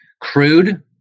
Crude